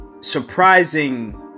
surprising